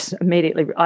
immediately